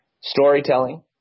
storytelling